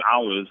hours